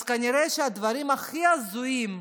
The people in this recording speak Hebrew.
אז כנראה שהדברים הכי הזויים,